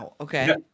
okay